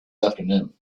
afternoon